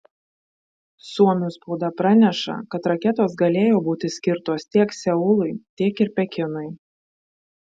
suomių spauda praneša kad raketos galėjo būti skirtos tiek seului tiek ir pekinui